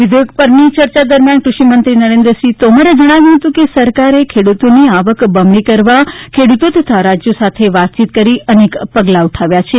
વિધેયકો પરની ચર્ચા દરમિયાન કૃષિ મંત્રી નરેન્દ્રસિંહ તોમરે જણાવ્યું કે સરકારે ખેડુતોની આવક બમણી કરવા ખેડુતો તથા રાજયો સાથે વાતચીત કરી અનેક પગલાં ઉઠાવ્યા છે